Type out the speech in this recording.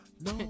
No